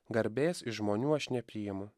garbės iš žmonių aš nepriimu